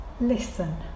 listen